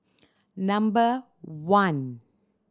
number one